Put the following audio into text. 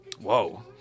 Whoa